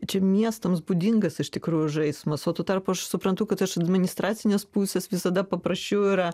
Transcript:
čia miestams būdingas iš tikrųjų žaismas o tuo tarpu aš suprantu kad iš administracinės pusės visada paprasčiau yra